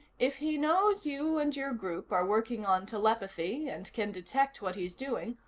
if he knows you and your group are working on telepathy and can detect what he's doing,